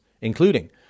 including